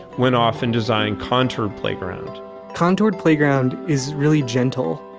went off and designed contoured playground contoured playground is really gentle,